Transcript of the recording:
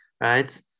right